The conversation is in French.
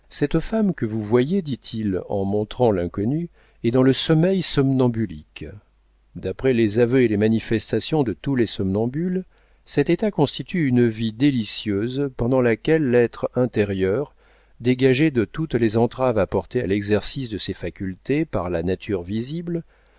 cette femme que vous voyez dit-il en montrant l'inconnue est dans le sommeil somnambulique d'après les aveux et les manifestations de tous les somnambules cet état constitue une vie délicieuse pendant laquelle l'être intérieur dégagé de toutes les entraves apportées à l'exercice de ses facultés par la nature visible